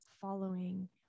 following